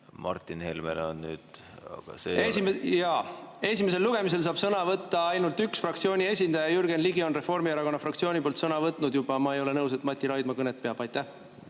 Martin Helmel on küsimus. Esimesel lugemisel saab sõna võtta ainult üks fraktsiooni esindaja. Jürgen Ligi on Reformierakonna fraktsiooni poolt sõna juba võtnud. Ma ei ole nõus, et Mati Raidma kõnet peab.